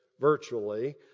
virtually